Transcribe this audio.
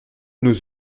nos